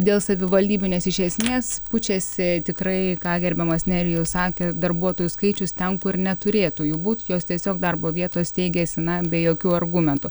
dėl savivaldybių nes iš esmės pučiasi tikrai ką gerbiamas nerijus sakė darbuotojų skaičius ten kur neturėtų jų būt jos tiesiog darbo vietos teigiasi na be jokių argumentų